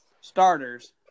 starters